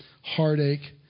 heartache